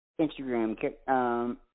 Instagram